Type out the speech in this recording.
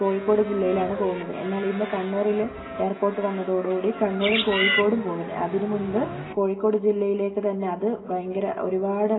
കോഴിക്കോട് ജില്ലയിലാണ് പോവുന്നത് എന്നാൽ ഇന്ന് കണ്ണൂരില് എയർപ്പോർട്ട് വന്നതോട് കൂടി കണ്ണൂരും കോഴിക്കോടും പോവും അതിനു മുമ്പ് കോഴിക്കോട് ജില്ലയിലേക്ക് തന്നെ അത് ഭയങ്കര ഒരുപാട്